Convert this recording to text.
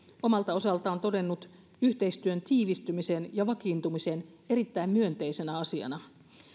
omalta osaltaan todennut yhteistyön tiivistymisen ja vakiintumisen erittäin myönteisenä asiana